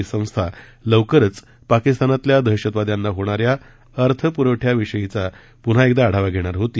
ही संस्था लवकरच पाकिस्तानतल्या दहशतवाद्यांना होणाऱ्या अर्थप्रवठ्याविषयीचा पुन्हा एकदा आढावा घेणार होती